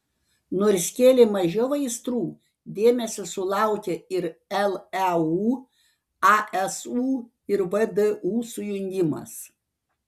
nors kėlė mažiau aistrų dėmesio sulaukė ir leu asu ir vdu sujungimas